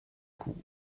coup